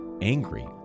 angry